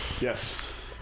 Yes